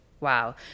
Wow